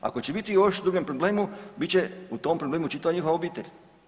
Ako će biti u još dubljem problemu, bit će u tom problemu čitava njihova obitelj.